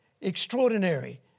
extraordinary